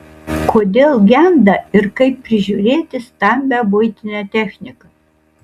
kodėl genda ir kaip prižiūrėti stambią buitinę techniką